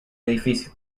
edificio